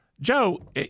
Joe